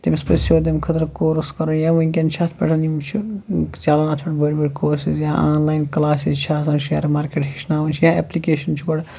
تٔمِس پَزِ سیٚود امہِ خٲطرٕ کورُس کَرُن یا ؤنکٮ۪ن چھِ اَتھ پٮ۪ٹھ یِم چھِ چَلان اَتھ پٮ۪ٹھ بٔڈۍ بٔڈی کورسِز یا آن لایِن کلاسٕز چھِ آسان شیر مارکیٚٹ ہٮ۪چھناون چھِ یا ایپلِکیشَن چھِ گۄڈٕ